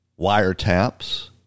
wiretaps